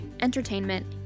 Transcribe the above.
entertainment